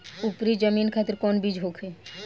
उपरी जमीन खातिर कौन बीज होखे?